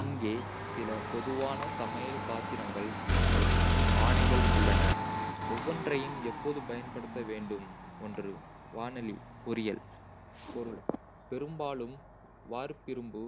இங்கே சில பொதுவான சமையல் பாத்திரங்கள் மற்றும் பானைகள் உள்ளன, ஒவ்வொன்றையும் எப்போது பயன்படுத்த வேண்டும். வாணலி பொரியல். பொருள்: பெரும்பாலும் வார்ப்பிரும்பு,